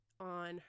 on